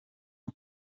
nko